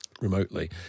remotely